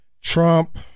Trump